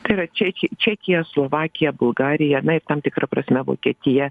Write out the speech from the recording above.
tai yra čeki čekija slovakija bulgarija na tam tikra prasme vokietija